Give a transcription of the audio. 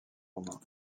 romains